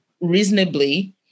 reasonably